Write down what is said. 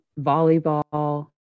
volleyball